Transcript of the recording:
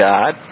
God